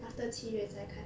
after 七月再看